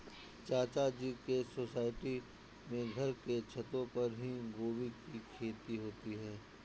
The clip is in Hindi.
चाचा जी के सोसाइटी में घर के छतों पर ही गोभी की खेती होती है